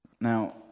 Now